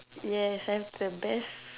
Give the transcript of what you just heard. yes I have the best